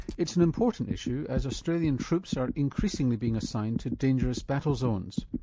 it's an important issue as australian troops are increasingly being assigned to dangerous battle zones.